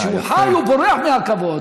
כשהוא חי הוא בורח מהכבוד,